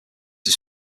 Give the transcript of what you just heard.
was